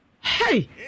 Hey